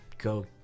Go